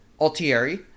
Altieri